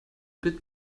bit